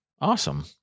Awesome